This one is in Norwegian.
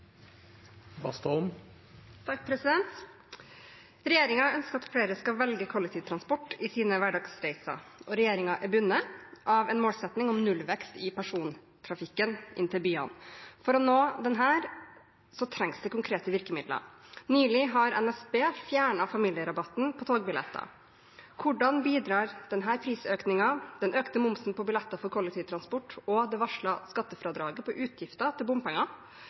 bundet av en målsetting om nullvekst i persontrafikken i byene. For å nå denne trengs det konkrete virkemidler. Nylig har NSB fjernet familierabatt på togbilletter. Hvordan bidrar denne prisøkningen, den økte momsen på billetter for kollektivtransport, og det varslede skattefradraget på utgifter til bompenger,